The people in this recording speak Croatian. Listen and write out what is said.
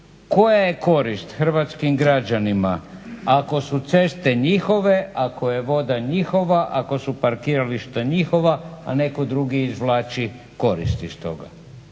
Koja je korist hrvatskim građanima ako su ceste njihove, ako je voda njihova, ako su parkirališta njihova, a neko drugi izvlači korist iz toga?